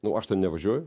nu aš ten nevažiuoju